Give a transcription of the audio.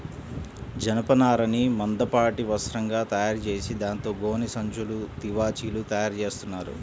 జనపనారని మందపాటి వస్త్రంగా తయారుచేసి దాంతో గోనె సంచులు, తివాచీలు తయారుచేత్తన్నారు